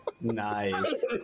Nice